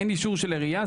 אין אישור של העירייה,